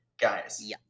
Guys